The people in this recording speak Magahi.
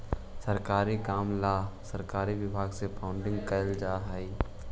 सरकारी काम ला सरकारी विभाग से फंडिंग कैल जा हई